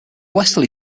westerly